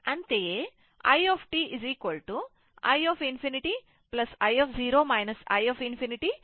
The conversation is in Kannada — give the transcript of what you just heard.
ಅಂತೆಯೇ i i ∞ i 0 i ∞e t τ ಆಗಿದೆ